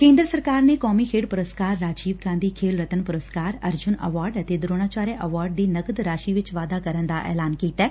ਕੇ'ਦਰ ਸਰਕਾਰ ਨੇ ਕੌਮੀ ਖੇਡ ਪੁਰਸਕਾਰ ਰਾਜੀਵ ਗਾਧੀ ਖੇਲ ਰਤਨ ਪੁਰਸਕਾਰ ਅਰਜੁਨ ਅਵਾਰਡ ਅਤੇ ਦਰੋਣਾਚਾਰਿਆ ਅਵਾਰਡ ਦੀ ਨਕਦ ਰਾਸ਼ੀ ਵਿਚ ਵਾਧਾ ਕਰਨ ਦਾ ਐਲਾਨ ਕੀਤੈ